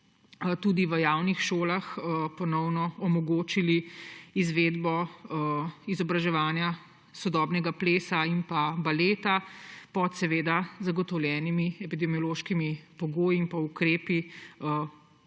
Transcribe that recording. tudi v javnih šolah ponovno omogočili izvedbo izobraževanja sodobnega plesa in baleta, seveda pod zagotovljenimi epidemiološkimi pogoji in ukrepi,